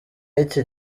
y’iki